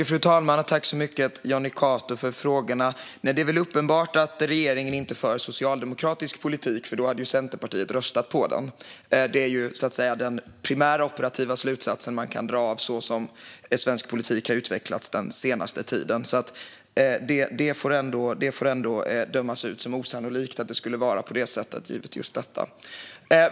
Fru talman! Tack så mycket, Jonny Cato, för frågorna! Det är väl uppenbart att regeringen inte för socialdemokratisk politik - då hade ju Centerpartiet röstat på den. Det är så att säga den primära operativa slutsatsen man kan dra av hur svensk politik har utvecklats den senaste tiden, så det får dömas ut som osannolikt att det skulle vara på det sättet givet just detta.